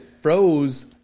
froze